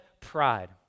pride